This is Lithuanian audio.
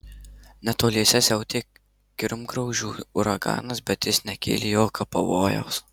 netoliese siautė kirmgraužų uraganas bet jis nekėlė jokio pavojaus